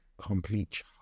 complete